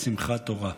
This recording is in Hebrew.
בשמחת תורה.